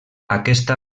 aquesta